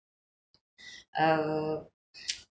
err